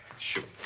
shoot.